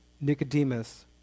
Nicodemus